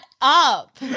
up